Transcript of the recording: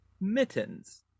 Mittens